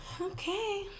Okay